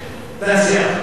להנציח, סליחה.